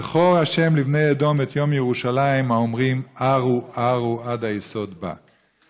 "זכֹר ה' לבני אֱדום את יום ירושלם האֹמרים עָרוּ ערו עד היסוד בה".